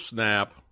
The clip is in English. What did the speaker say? Snap